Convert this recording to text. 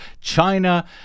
China